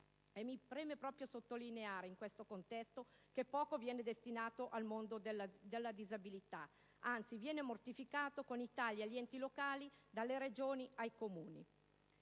Mi preme sottolineare in questo contesto che poco viene destinato al mondo della disabilità, il quale anzi viene mortificato con i tagli agli enti locali, dalle Regioni ai Comuni.